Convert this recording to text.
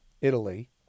Italy